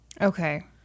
Okay